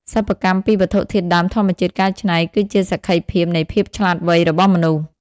សិប្បកម្មពីវត្ថុធាតុដើមធម្មជាតិកែច្នៃ គឺជាសក្ខីភាពនៃភាពឆ្លាតវៃរបស់មនុស្ស។